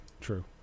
True